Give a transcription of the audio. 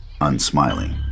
Unsmiling